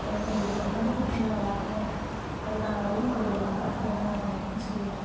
எனக்கு கொஞ்சம் இது கொஞ்சம் பண்ணி கொடுத்தீங்கனா நல்லா இருக்கும் அதுக்கான வழிமுறைகள் வந்துட்டு என்னென்ன பண்ணணும்னு சொல்லுங்கள்